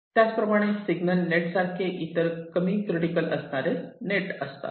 त्याचप्रमाणे signal net सारखे इतर कमी क्रिटिकल असणारे नेट असतात